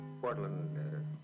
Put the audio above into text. Portland